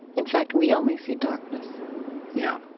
in fact, we only see darkness yeah.